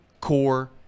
core